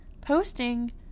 Posting